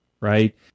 right